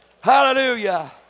Hallelujah